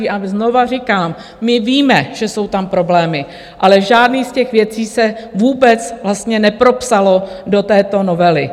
A znovu říkám, my víme, že jsou tam problémy, ale žádná z těch věcí se vůbec vlastně nepropsala do této novely.